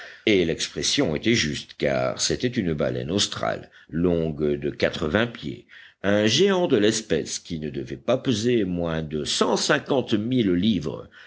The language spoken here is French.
et l'expression était juste car c'était une baleine australe longue de quatre-vingts pieds un géant de l'espèce qui ne devait pas peser moins de cent cinquante mille livres